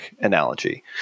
analogy